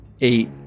Eight